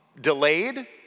delayed